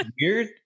weird